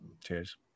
Cheers